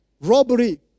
robbery